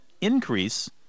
increase